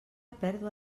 pèrdua